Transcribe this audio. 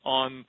on